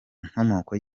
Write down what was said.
inkomoko